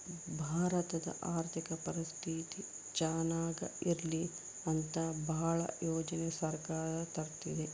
ಭಾರತದ ಆರ್ಥಿಕ ಪರಿಸ್ಥಿತಿ ಚನಾಗ ಇರ್ಲಿ ಅಂತ ಭಾಳ ಯೋಜನೆ ಸರ್ಕಾರ ತರ್ತಿದೆ